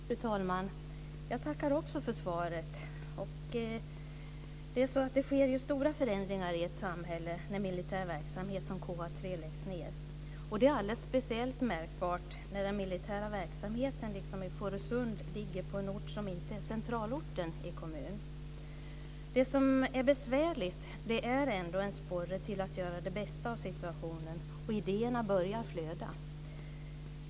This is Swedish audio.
Fru talman! Jag tackar också för svaret. Det sker ju stora förändringar i ett samhälle när militär verksamhet som KA 3 läggs ned. Det är alldeles speciellt märkbart när den militära verksamheten, liksom i Fårösund, ligger på en ort som inte är centralorten i kommunen. Det som är besvärligt är ändå en sporre till att göra det bästa av situationen, och idéerna börjar flöda.